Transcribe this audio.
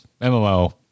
MMO